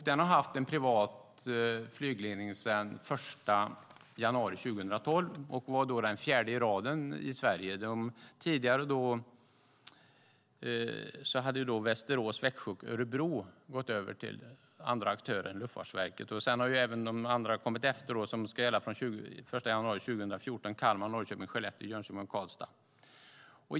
Den har haft privat flygledning sedan den 1 januari 2012 och var då den fjärde i raden i Sverige. Tidigare hade Västerås, Växjö och Örebro gått över till andra aktörer än Luftfartsverket. Sedan har även andra kommit efter och ska gå över den 1 januari 2014, och det är Kalmar, Norrköping, Skellefteå, Jönköping och Karlstad.